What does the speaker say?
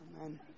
Amen